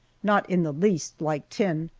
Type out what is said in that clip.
not in the least like tin.